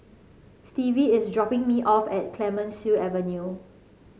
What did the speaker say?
Stevie is dropping me off at Clemenceau Avenue